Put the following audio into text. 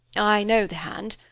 i know the hand,